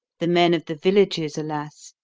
the men of the villages, alas,